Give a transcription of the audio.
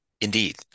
Indeed